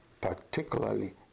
particularly